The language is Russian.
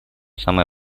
самые